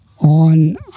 on